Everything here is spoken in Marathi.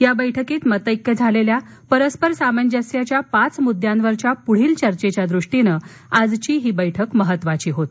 या बैठकीत मतैक्य झालेल्या परस्पर सामंजस्याच्या पाच मुद्द्यांवरील पुढील चर्वेच्या दृष्टीनं ही बैठक महत्त्वाची होती